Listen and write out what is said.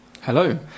Hello